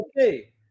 okay